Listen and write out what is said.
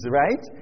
right